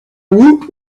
woot